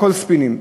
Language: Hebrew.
הכול ספינים.